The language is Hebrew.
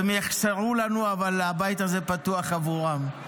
והם יחסרו לנו, אבל הבית הזה פתוח עבורם.